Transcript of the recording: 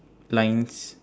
lines